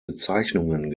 bezeichnungen